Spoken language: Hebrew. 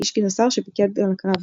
איש גינוסר שפיקד על הקרב.